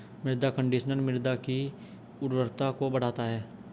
मृदा कंडीशनर मृदा की उर्वरता को बढ़ाता है